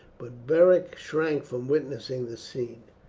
but beric shrank from witnessing the scene,